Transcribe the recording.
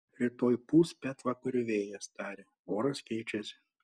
rytoj pūs pietvakarių vėjas tarė oras keičiasi